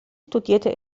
studierte